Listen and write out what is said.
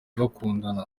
bakundana